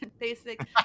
Basic